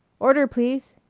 order, please!